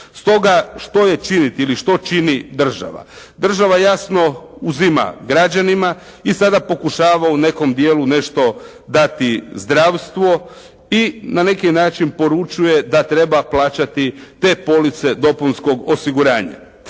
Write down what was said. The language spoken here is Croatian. Stoga što je činiti ili što čini država? Država jasno uzima građanima i sada pokušava u nekom dijelu nešto dati zdravstvo i na neki način poručuje da treba plaćati te police dopunskog osiguranja.